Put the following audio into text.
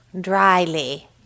dryly